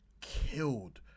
Killed